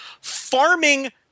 farming